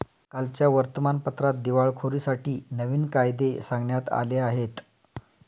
कालच्या वर्तमानपत्रात दिवाळखोरीसाठी नवीन कायदे सांगण्यात आले आहेत